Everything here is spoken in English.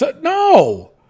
No